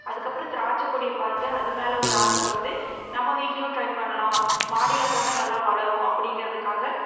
அதுக்கப்பறம் திராட்சை கொடியை பார்த்தேன் அது மேலே ஒரு ஆசை வந்து நம்ம வீட்லையும் ட்ரை பண்ணலாம் மாடியில போட்டால் நல்லா வளரும் அப்படிங்கிறதுக்காக